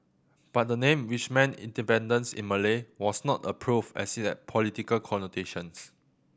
but the name which meant independence in Malay was not approved as it had political connotations